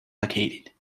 located